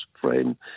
frame